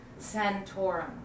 Santorum